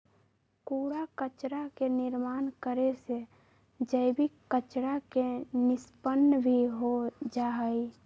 कूड़ा कचरा के निर्माण करे से जैविक कचरा के निष्पन्न भी हो जाहई